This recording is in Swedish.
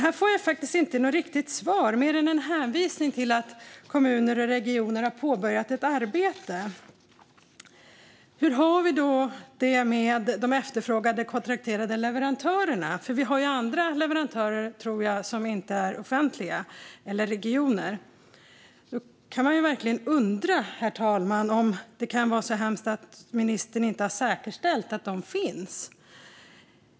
Här fick jag inget riktigt svar mer än en hänvisning till att kommuner och regioner har påbörjat ett arbete. Hur har vi det med de efterfrågade kontrakterade leverantörerna? Jag tror att vi har andra leverantörer - eller regioner - som inte är offentliga. Man kan ju verkligen undra, herr talman, om det kan vara så hemskt att ministern inte har säkerställt att de finns.